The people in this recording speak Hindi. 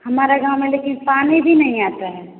हमारा गाँव में लेकिन पानी भी नहीं आता है